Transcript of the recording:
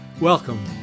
Welcome